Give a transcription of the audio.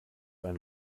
einen